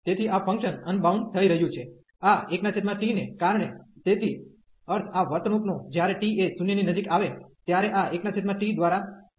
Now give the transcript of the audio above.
તેથી આ function unbound થઈ રહ્યું છે આ 1t ને કારણે તેથી અર્થ આ વર્તણૂક નો જ્યારે t એ 0 ની નજીક આવે ત્યારે આ 1t દ્વારા કહેવામાં આવે છે